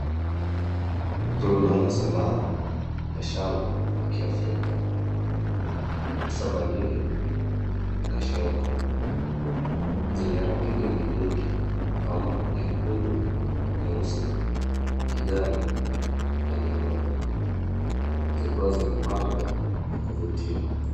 Rundo la sanaa la shanga ya Kiafrika, hasa bangili na shanga, zenye rangi nyingi nyingi kama nyekundu, nyeusi, kijani na nyeupe, zikiwa zimepangwa kwa kuvutia.